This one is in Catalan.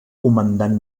comandant